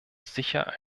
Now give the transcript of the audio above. sicher